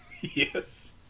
Yes